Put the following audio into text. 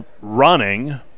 running